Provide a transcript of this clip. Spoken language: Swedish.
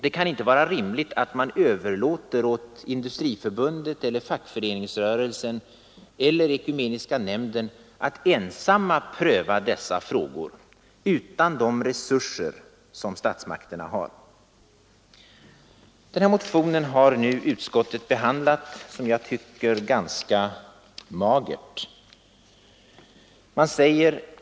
Det är inte rimligt att man överlåter åt Industriförbundet, fackföreningsrörelsen eller Ekumeniska nämnden att ensamma pröva dessa frågor utan de resurser som statsmakterna har. Utskottet har nu behandlat denna motion på ett, som jag tycker, ganska magert sätt.